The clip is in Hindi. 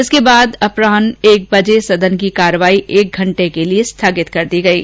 इसके बाद अपरान्ह एक बजे सदन की कार्यवाही एक घंटे के स्थगित कर दी गयी